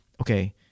Okay